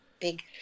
big